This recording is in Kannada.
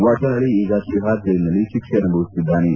ವಟಾಳ ಈಗ ತಿಹಾರ್ ಜೈಲಿನಲ್ಲಿ ಶಿಕ್ಷೆ ಅನುಭವಿಸುತ್ತಿದ್ದಾನೆ